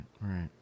right